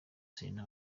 serena